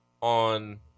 on